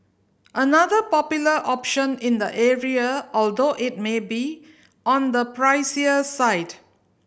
another popular option in the area although it may be on the pricier side